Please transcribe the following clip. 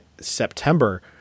September